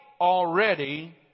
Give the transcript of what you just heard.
already